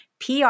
PR